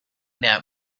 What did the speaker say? that